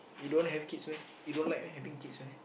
you don't have kids meh you don't like having kids meh